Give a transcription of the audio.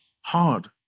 hard